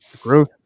growth